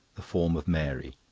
the form of mary.